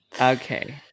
okay